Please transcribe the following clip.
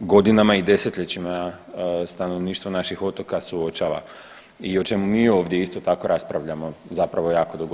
godinama i desetljećima stanovništvo naših otoka suočava i o čemu mi ovdje isto tako raspravljamo zapravo jako dugo.